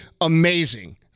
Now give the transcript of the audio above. amazing